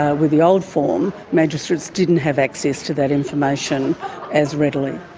ah with the old form, magistrates didn't have access to that information as readily.